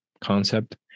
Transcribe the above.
concept